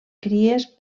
cries